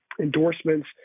endorsements